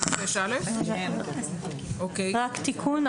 רק תיקון.